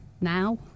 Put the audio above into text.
now